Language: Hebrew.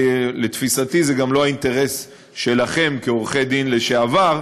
לתפיסתי זה גם לא האינטרס שלכם כעורכי-דין לשעבר.